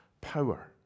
power